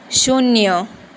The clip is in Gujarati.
શૂન્ય